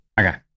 Okay